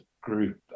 group